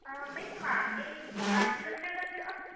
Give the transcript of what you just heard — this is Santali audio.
ᱟᱸ ᱵᱮᱥᱤ ᱫᱚ ᱵᱟᱝ ᱮᱭ ᱟᱴ ᱠᱤᱞᱳᱢᱤᱴᱟᱨ ᱜᱟᱱ ᱦᱩᱭᱩᱜᱼᱟ